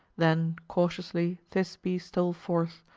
then cautiously thisbe stole forth,